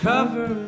Cover